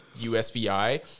USVI